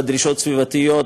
ברשות יושב-ראש הישיבה,